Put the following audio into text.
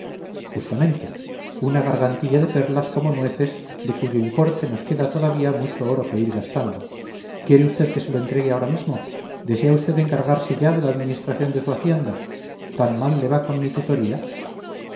justamente una gargantilla de perlas como nueces de cuyo importe nos queda todavía mucho oro que ir gastando quiere usted que se lo entregue ahora mismo desea usted encargarse ya de la administración de su hacienda tal mal le va con mi tutoría